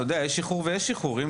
יש איחור ויש איחור.